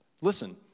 Listen